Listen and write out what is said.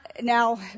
Now